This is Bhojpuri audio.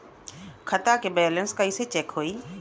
खता के बैलेंस कइसे चेक होई?